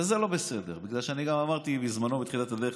וזה לא בסדר, ואני גם אמרתי בזמנו, בתחילת הדרך,